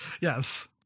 yes